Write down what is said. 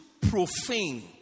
profane